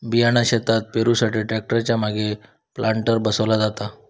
बियाणा शेतात पेरुसाठी ट्रॅक्टर च्या मागे प्लांटर बसवला जाता